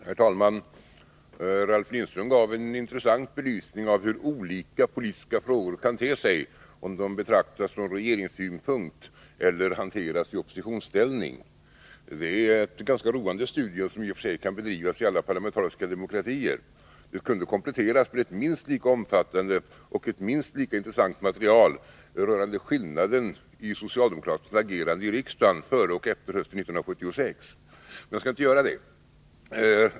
Herr talman! Ralf Lindström gav en intressant belysning av hur olika politiska frågor kan te sig, om de betraktas ur regeringssynpunkt eller hanteras i oppositionsställning. Det är ett ganska roande studium som i och för sig kan bedrivas i alla parlamentariska demokratier. Det kunde kompletteras med ett minst lika omfattande och ett minst lika intressant material rörande skillnaden i socialdemokratiskt agerande i riksdagen före och efter 1976. Men jag skall inte göra det.